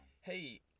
hey –